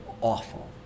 awful